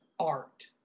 Art